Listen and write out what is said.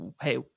hey